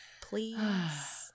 Please